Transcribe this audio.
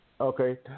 okay